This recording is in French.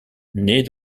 nait